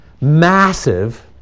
massive